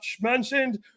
mentioned